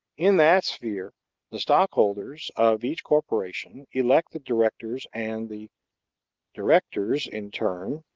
in that sphere the stockholders of each corporation elect the directors and the directors, in turn,